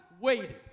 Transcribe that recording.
waited